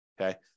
Okay